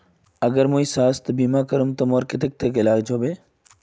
अगर मुई स्वास्थ्य बीमा करूम ते मोर कतेक तक इलाज फ्री होबे?